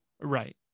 Right